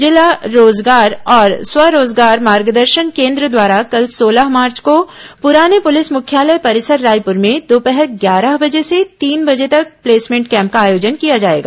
जिला रोजगार और स्व रोजगार मार्गदर्शन केन्द्र द्वारा कल सोलह मार्च को पुराने पुलिस मुख्यालय परिसर रायपूर में दोपहर ग्यारह बजे से तीन बजे तक प्लेसमेंट कैंप का आयोजन किया जाएगा